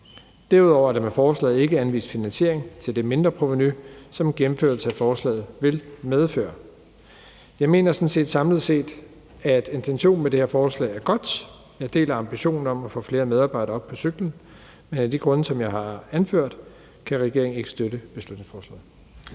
Derudover er der med forslaget ikke anvist finansiering til det mindreprovenu, som en gennemførelse af forslaget vil medføre. Jeg mener sådan set, at intentionen med det her forslag samlet set er god. Jeg deler ambitionen om at få flere medarbejdere op på cyklen. Men af de grunde, som jeg har anført, kan regeringen ikke støtte beslutningsforslaget.